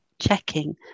checking